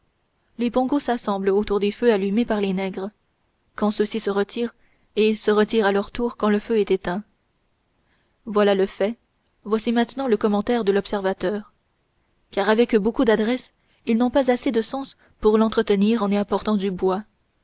les pongos s'assemblent autour des feux allumés par les nègres quand ceux-ci se retirent et se retirent à leur tour quand le feu est éteint voilà le fait voici maintenant le commentaire de l'observateur car avec beaucoup d'adresse ils n'ont pas assez de sens pour l'entretenir en y apportant du bois